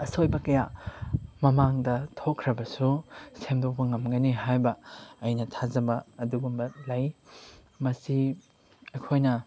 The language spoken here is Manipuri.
ꯑꯁꯣꯏꯕ ꯀꯌꯥ ꯃꯃꯥꯡꯗ ꯊꯣꯛꯈ꯭ꯔꯕꯁꯨ ꯁꯦꯝꯗꯣꯛꯄ ꯉꯝꯒꯅꯤ ꯍꯥꯏꯕ ꯑꯩꯅ ꯊꯥꯖꯕ ꯑꯗꯨꯒꯨꯝꯕ ꯂꯩ ꯃꯁꯤ ꯑꯩꯈꯣꯏꯅ